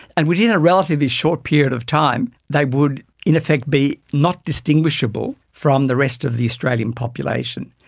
and within a relatively short period of time they would in effect be not distinguishable from the rest of the australian population.